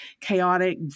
chaotic